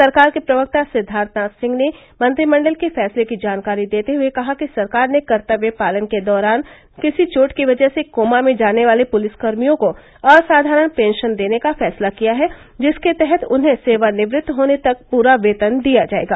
सरकार के प्रवक्ता सिद्धार्थनाथ सिंह ने मंत्रिमंडल के फैसले की जानकारी देते हुए कहा कि सरकार ने कर्तव्य पालन के दौरान किसी चोट की वजह से कोमा में जाने वाले पुलिस कर्मियों को असाधारण पेंशन देने का फैसला किया है जिसके तहत उन्हें सेवानिवृत्त होने तक पूरा वेतन दिया जायेगा